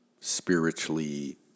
spiritually